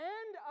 end